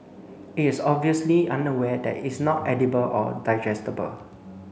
it is obviously unaware that it's not edible or digestible